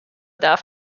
darf